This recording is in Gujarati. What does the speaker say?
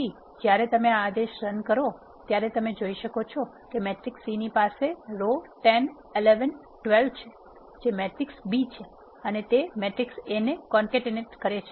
તેથી જ્યારે તમે આ આદેશ રન કરો છો ત્યારે તમે જોઈ શકો છો કે મેટ્રિક્સ C ની પાસે રો 10 11 12 છે જે મેટ્રિક્સ B છે અને તે મેટ્રિક્સ A ને કોન્કેટેનેટેડ છે